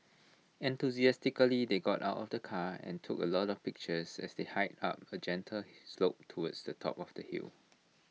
enthusiastically they got out of the car and took A lot of pictures as they hiked up A gentle slope towards the top of the hill